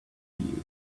you